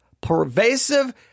Pervasive